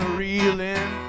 reeling